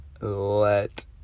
let